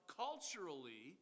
culturally